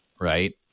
right